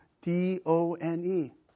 D-O-N-E